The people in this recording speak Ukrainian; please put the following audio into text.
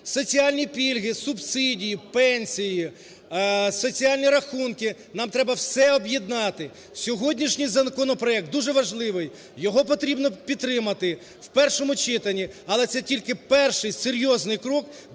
соціальні пільги, субсидії, пенсії, соціальні рахунки, нам треба все об'єднати. Сьогоднішній законопроект дуже важливий, його потрібно підтримати в першому читанні, але це тільки перший серйозний крок